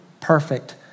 perfect